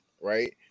right